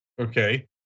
Okay